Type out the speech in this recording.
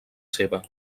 seva